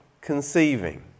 conceiving